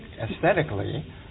aesthetically